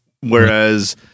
Whereas